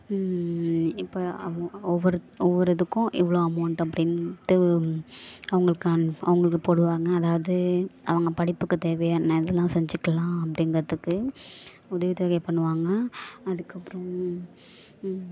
இப்போ ஒவ்வொரு ஒவ்வொரு இதுக்கும் எவ்வளோ அமௌண்ட் அப்படின்ட்டு அவங்களுக்கு கன் அவங்களுக்கு போடுவாங்க அதாவது அவங்க படிப்புக்குத் தேவையான இதெலாம் செஞ்சுக்கலாம் அப்படிங்கிறத்துக்கு உதவித்தொகை பண்ணுவாங்க அதற்கப்புறம்